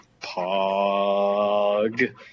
Pog